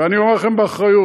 ואני אומר לכם באחריות,